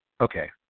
Okay